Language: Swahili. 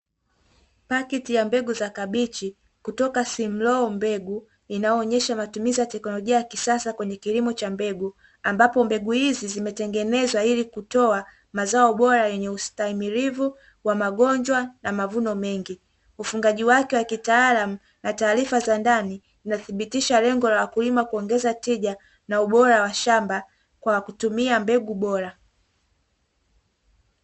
Paketi ya begu za kabichi kutoka "simlaw" mbegu inayoonyesha matumizi ya teknolojia ya kisasa kwenye kilimo cha mbegu, ambapo mbegu hizi zimetengenezwa ili kutoa mazao bora yenye ustamilivu wa magonjwa na mavuno mengi. Ufungaji wake wa kitaalam na taarifa za ndani zinathibitisha lengo la wakulima, kuongeza tija na ubora wa shamba kwa kutumia mbegu bora.